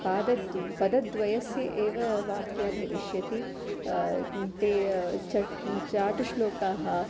पादद्दु पादद्वयस्य एव वाक्यं भविष्यति ते चट् चाटुश्लोकाः